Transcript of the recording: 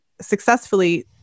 successfully